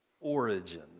Origin